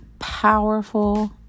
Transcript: powerful